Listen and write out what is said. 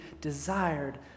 desired